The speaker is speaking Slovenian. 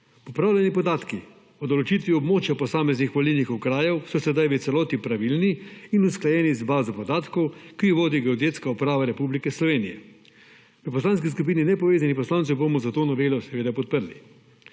Popravljeni podatki o določitvi območja posameznih volilnih okrajev so sedaj v celoti pravilni in usklajeni z bazo podatkov, ki jo vodi Geodetska uprava Republike Slovenije. V Poslanski skupini Nepovezanih poslancev bomo, zato novelo podprli.